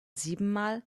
siebenmal